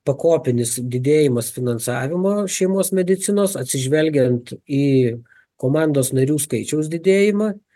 pakopinis didėjimas finansavimo šeimos medicinos atsižvelgiant į komandos narių skaičiaus didėjimą